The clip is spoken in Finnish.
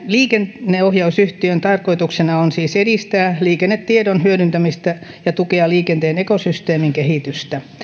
liikenneohjausyhtiön tarkoituksena on siis edistää liikennetiedon hyödyntämistä ja tukea liikenteen ekosysteemin kehitystä ja